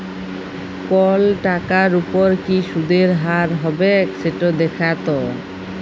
call টাকার উপর কি সুদের হার হবেক সেট দ্যাখাত